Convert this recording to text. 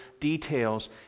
details